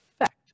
effect